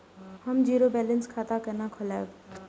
हम zero balance खाता केना खोलाब?